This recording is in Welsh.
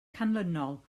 canlynol